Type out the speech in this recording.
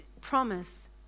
promise